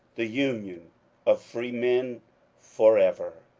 the union of freemen forever!